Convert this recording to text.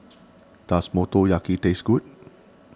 does Motoyaki taste good